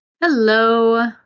Hello